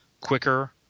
quicker